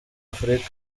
afurika